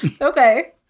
Okay